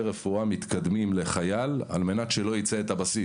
רפואה מתקדמים לחייל על מנת שלא יצא את הבסיס.